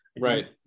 Right